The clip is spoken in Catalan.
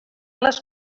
les